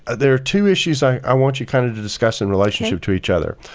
ah there are two issues i want you kind of to discuss in relationship to each other.